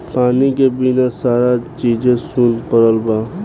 पानी के बिना सारा चीजे सुन परल बा